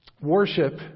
Worship